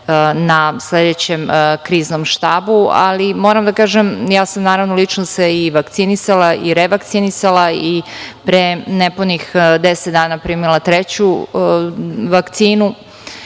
na sledećem kriznom štabu. Moram da kažem, ja sam se naravno lično vakcinisala i revakcinisala i pre nepunih 10 dana primila treću vakcinu,